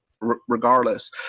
regardless